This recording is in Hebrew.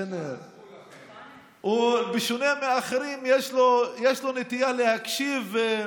בשונה מהאחרים, יש לו נטייה להקשיב.